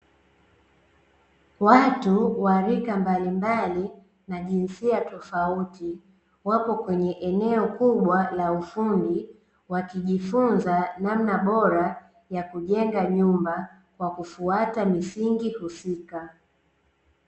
Watu wa rika mbalimbali na jinsia tofauti wapo kwenye eneo kubwa la ufundi wakijifunza namna bora ya kujenga nyumba kwa kufuata misingi husika .